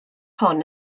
hon